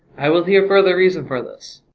i will hear further reason for this.